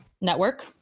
network